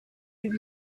did